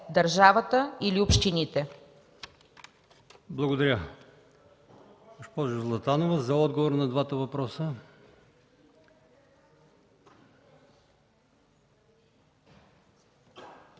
държавата или общините?